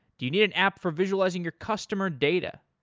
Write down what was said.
do you need an app for visualizing your customer data?